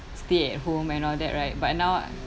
stay at home and all that right but now